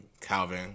Calvin